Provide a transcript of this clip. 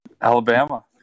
Alabama